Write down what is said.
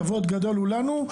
כבוד גדול הוא לנו.